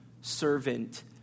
servant